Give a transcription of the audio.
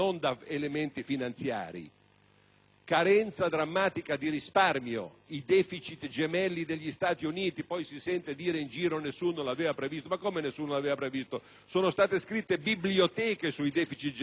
carenza drammatica di risparmi: i deficit gemelli degli Stati Uniti. Poi si sente dire in giro che nessuno l'aveva previsto. Ma com'è possibile dire una cosa simile? Sono state scritte biblioteche sui deficit gemelli degli Stati Uniti: quelli delle famiglie